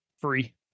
free